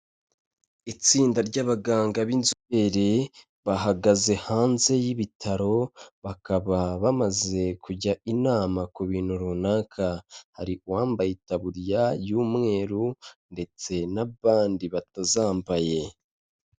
Itsinda ry'abaganga b'inzobere, bahagaze hanze y'ibitaro, bakaba bamaze kujya inama ku bintu runaka, hari uwambaye itaburiya y'umweru ndetse n'abandi batazambaye.